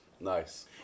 Nice